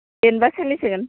फेनबासो मिथिगोन